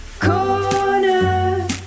Corner